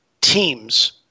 teams